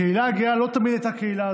הקהילה הגאה לא תמיד הייתה קהילה,